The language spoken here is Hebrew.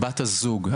בת הזוג,